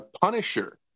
punisher